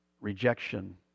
rejection